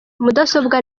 mudasobwa